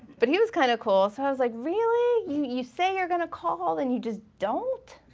but he was kinda cool so i was like really? you you say you're gonna call and you just don't?